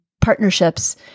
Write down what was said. partnerships